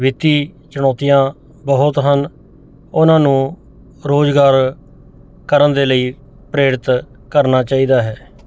ਵਿੱਤੀ ਚੁਣੌਤੀਆਂ ਬਹੁਤ ਹਨ ਉਹਨਾਂ ਨੂੰ ਰੋਜ਼ਗਾਰ ਕਰਨ ਦੇ ਲਈ ਪ੍ਰੇਰਿਤ ਕਰਨਾ ਚਾਹੀਦਾ ਹੈ